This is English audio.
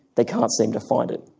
they can't seem to find it.